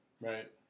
Right